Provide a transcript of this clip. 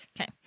Okay